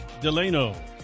delano